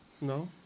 No